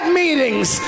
meetings